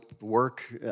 work